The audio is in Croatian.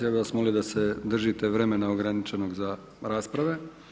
Ja bih vas molio da se držite vremena ograničenog za rasprave.